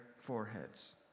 foreheads